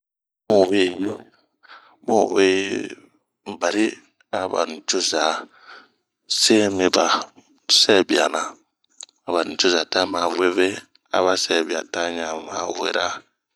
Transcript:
Bun we yi bari aba nicoza, se yi mi ba sɛbia na, aba nicoza ta ma weve, aba sɛbia ta ɲama wera.